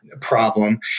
problem